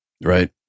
right